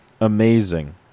Amazing